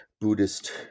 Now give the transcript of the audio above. Buddhist